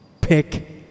Pick